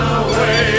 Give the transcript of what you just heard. away